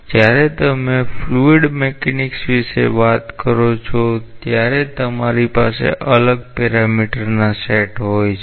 જ્યારે તમે fluid mechanics વિશે વાત કરો છો ત્યારે તમારી પાસે અલગ પેરામીટરના સેટ હોય છે